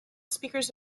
speakers